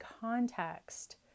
context